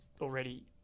already